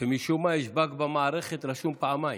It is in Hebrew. שמשום מה יש באג במערכת והוא רשום פעמיים.